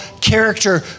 character